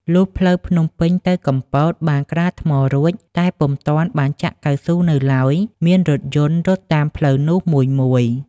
លុះផ្លូវភ្នំពេញទៅកំពត បានក្រាលថ្មរួច តែពុំទាន់បានចាក់កៅស៊ូនៅឡើយ មានរថយន្តរត់តាមផ្លូវនោះមួយៗ